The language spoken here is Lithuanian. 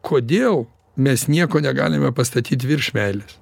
kodėl mes nieko negalime pastatyt virš meilės